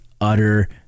utter